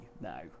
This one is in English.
now